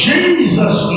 Jesus